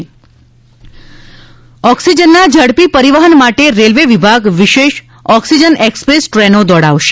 railway oxygen ઓક્સિજનના ઝડપી પરીવહન માટે રેલ્વે વિભાગ વિશેષ ઓક્સિજન એક્સપ્રેસ ટ્રેનો દોડાવશે